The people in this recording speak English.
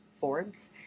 Forbes